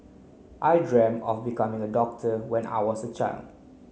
I of becoming a doctor when I was a child